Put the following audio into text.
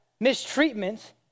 mistreatment